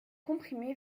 comprimé